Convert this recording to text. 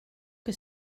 que